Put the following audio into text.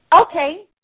Okay